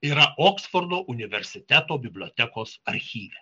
yra oksfordo universiteto bibliotekos archyve